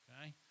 Okay